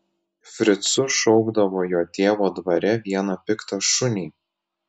fricu šaukdavo jo tėvo dvare vieną piktą šunį